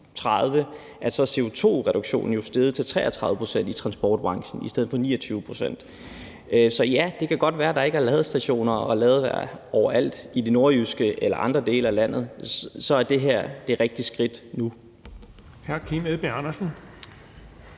transportbranchen er steget til 33 pct. i stedet for 29 pct. Så ja, det kan godt være, at der ikke er ladestationer overalt i det nordjyske eller i andre dele af landet, men nu er det her det rigtige skridt.